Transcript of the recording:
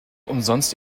umsonst